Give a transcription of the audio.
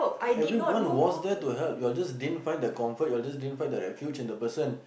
everyone what's there to help you're just didn't find the comfort you're just didn't find refuge and the person